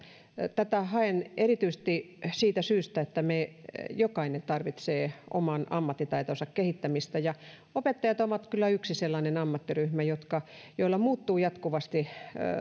tätä haen erityisesti siitä syystä että jokainen tarvitsee oman ammattitaitonsa kehittämistä opettajat ovat kyllä yksi sellainen ammattiryhmä jolla muuttuu jatkuvasti